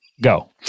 Go